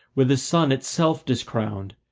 with the sun itself discrowned,